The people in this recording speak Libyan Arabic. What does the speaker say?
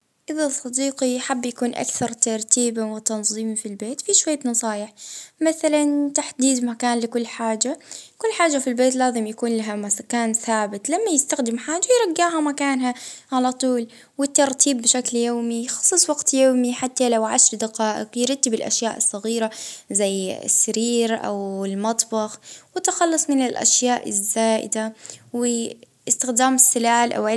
اه يبدأ بأول شي بغرفته اه ينظمها بروحه اه ويخليها مرتبة اه يخلي كل حاجة في مكانها اه يدير جدول أسبوعي للترتيب والتنظيف بس الأمور تكون واضحة